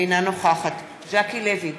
אינה נוכחת ז'קי לוי,